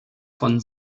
von